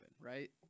right